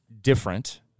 different